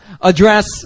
address